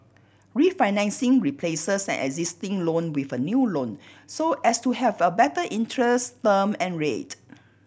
refinancing replaces an existing loan with a new loan so as to have a better interest term and rate